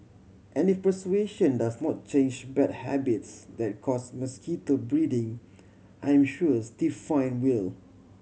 and if persuasion does not change bad habits that cause mosquito breeding I am sure a stiff fine will